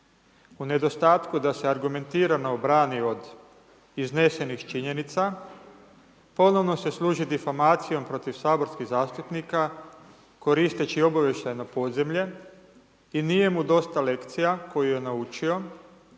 u nedostatku da se argumentirano obrani od iznesenih činjenica ponovno se služi difomacijom protiv saborskih zastupnika koristeći obavještajno podzemlje i nije mu dosta lekcija koju je naučio